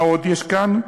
מה עוד יש כאן?